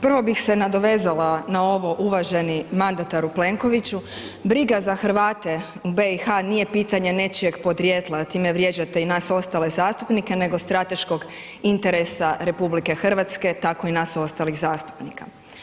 Prvo bih se nadovezala na ovo uvaženi mandataru Plenkoviću, briga za Hrvate u BiH nije pitanje nečijeg podrijetla, a time vrijeđate i nas ostale zastupnike nego strateškog interesa RH tako i nas ostalih zastupnika.